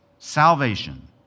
salvation